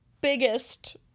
biggest